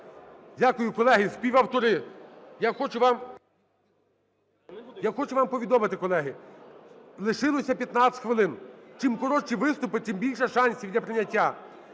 Дякую, колеги. Співавтори, я хочу вам, я хочу вам повідомити, колеги, лишилося 15 хвилин. Чим коротші виступи, тим більше шансів для прийняття.